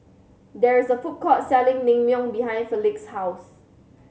there is a food court selling Naengmyeon behind Felix's house